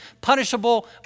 punishable